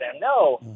No